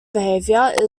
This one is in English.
behavior